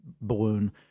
balloon